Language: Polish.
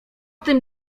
tym